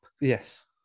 Yes